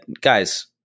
guys